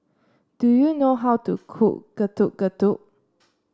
do you know how to cook Getuk Getuk